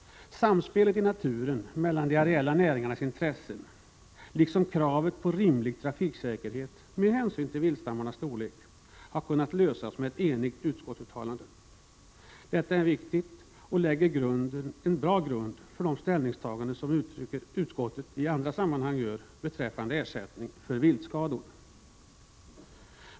Samspelet i naturen mellan de areella näringarnas intressen och kraven på rimlig trafiksäkerhet med hänsyn till viltstammarnas storlek har kunnat lösas med ett enigt utskottsuttalande. Detta är viktigt och lägger en bra grund för de ställningstaganden som utskottet gör i andra sammanhang beträffande ersättningen för viltskador.